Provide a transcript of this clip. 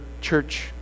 church